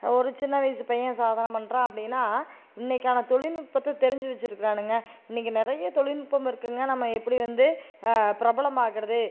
ஒரு சின்ன வயசு பையன் சாதனை பண்ணுறான் அப்படினா இன்னைக்கான தொழில்நுட்பத்த தெரிஞ்சு வச்சுருக்குறானுங்க இன்னைக்கு நிறைய தொழில்நுட்பம் இருக்குங்க நம்ம எப்படி வந்து பிரபலம் ஆகுறது